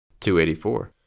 284